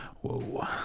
Whoa